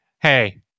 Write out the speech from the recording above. hey